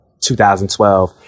2012